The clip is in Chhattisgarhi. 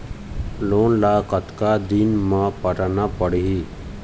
लोन ला कतका दिन मे पटाना पड़ही?